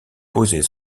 poser